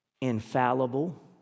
infallible